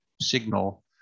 signal